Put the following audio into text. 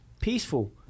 peaceful